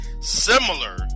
similar